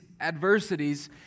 adversities